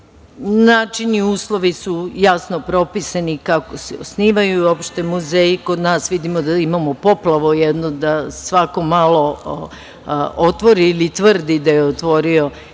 Načini i uslovi su jasno propisani, kako su osnivaju uopšte muzeji kod nas. Vidimo da imamo poplavu jednu, da svako malo otvori ili tvrdi da je otvorio